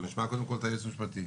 אבל נשמע קודם כל את הייעוץ המשפטי.